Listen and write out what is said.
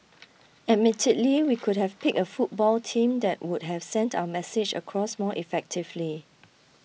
admittedly we could have picked a football team that would have sent our message across more effectively